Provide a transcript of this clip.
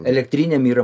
elektrinėm yra